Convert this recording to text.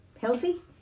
Healthy